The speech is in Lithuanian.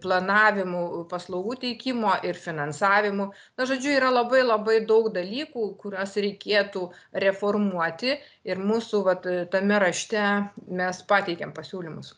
planavimu paslaugų teikimo ir finansavimu na žodžiu yra labai labai daug dalykų kuriuos reikėtų reformuoti ir mūsų vat tame rašte mes pateikėm pasiūlymus